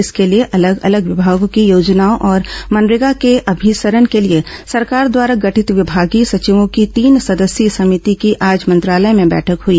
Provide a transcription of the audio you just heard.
इसके लिए अलग अलग विभागों की योजनाओं और मनरेगा के अभिसरण के लिए सरकार द्वारा गठित विभागीय सचिवों की तीन सदस्यीय सभिति की आज मंत्रालय में बैठक हुई